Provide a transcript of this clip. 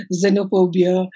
xenophobia